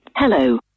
Hello